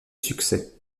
succès